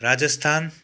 Rajasthan